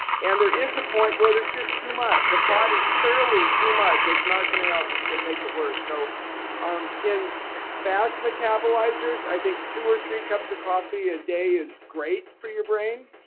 and there is a point where there is just too much. a pot is clearly too much, it's not going to help, it's going to make it worse so um in fast metabolizers, i think two or three cups of coffee a day is great for your brain.